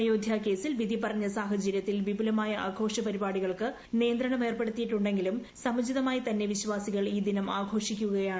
അയോധ്യ ക്ഷേസിന്റെ വിധി പറഞ്ഞ സാഹചര്യത്തിൽ വിപുലമായ ആഘോഷ പരിപാടികൾക്ക് നിയന്ത്രണ മേർപ്പെടുത്തിയിട്ടുണ്ടെങ്കിലും സമുചിതമായി തന്നെ വിശ്വാസകിൾ ഈ ദിനം ആഘോഷിക്കുകയാണ്